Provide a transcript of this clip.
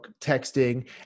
texting